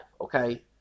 okay